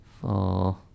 four